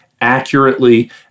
accurately